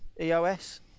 eos